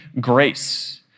grace